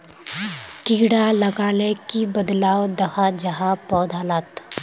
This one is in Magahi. कीड़ा लगाले की बदलाव दखा जहा पौधा लात?